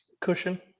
cushion